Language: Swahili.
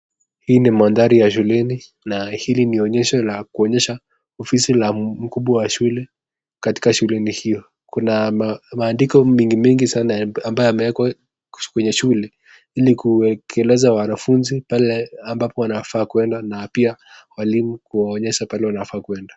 Hii ni mandhari ya shuleni na hili ni onyesho la kuonyesha ofisi la mkubwa wa shule katika shuleni hiyo. Kuna maandiko mingi mingi ambayo yamewekwa kwenye shule ili kuelekeza wanafunzi ambapo wanafaa kwenda na pia walimu kuwaonyesha pahali wanafaa kwenda.